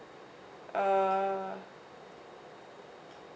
uh